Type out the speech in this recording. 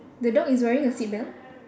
the dog is wearing a seat belt